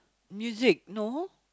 music no